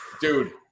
Dude